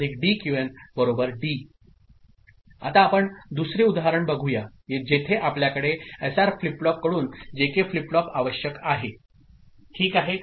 Qn D आता आपण दुसरे उदाहरण बघूया जेथे आपल्याकडे एसआर फ्लिप फ्लॉप कडून जेके फ्लिप फ्लॉप आवश्यक आहे ओके